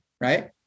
right